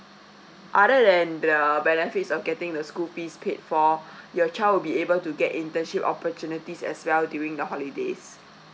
other than the benefits of getting the school fees paid for your child will be able to get internship opportunities as well during the holidays